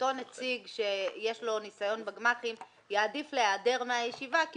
שאותו נציג שיש לו ניסיון בגמ"חים יעדיף להיעדר מהישיבה כי